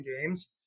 games